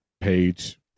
Page